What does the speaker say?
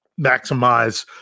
maximize